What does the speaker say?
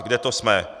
Kde to jsme?